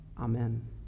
Amen